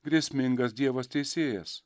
grėsmingas dievas teisėjas